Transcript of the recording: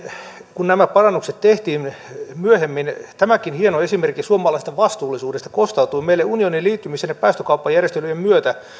kun nämä parannukset tehtiin niin kuitenkin myöhemmin tämäkin hieno esimerkki suomalaisesta vastuullisuudesta kostautui meille unioniin liittymisen ja päästökauppajärjestelyjen myötä